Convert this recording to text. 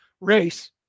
race